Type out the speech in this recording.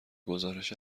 گزارش